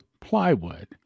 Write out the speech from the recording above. plywood